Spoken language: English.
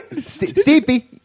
Steepy